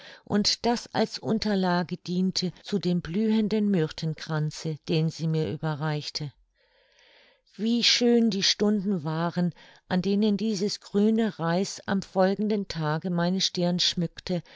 und das als unterlage diente zu dem blühenden myrthenkranze den sie mir überreichte wie schön die stunden waren an denen dieses grüne reis am folgenden tage meine stirn schmückte